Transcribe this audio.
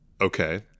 Okay